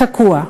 תקוע.